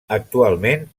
actualment